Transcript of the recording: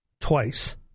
twice